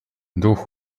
duch